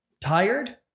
tired